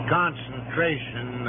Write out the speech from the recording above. concentration